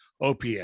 OPS